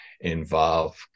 involve